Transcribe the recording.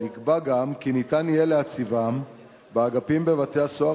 נקבע גם כי יהיה אפשר להציבם באגפים בבתי-הסוהר